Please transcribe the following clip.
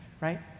Right